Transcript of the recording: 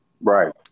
Right